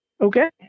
okay